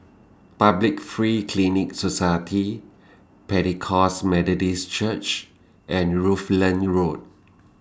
Public Free Clinic Society Pentecost Methodist Church and Rutland Road